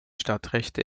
stadtrechte